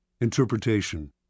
Interpretation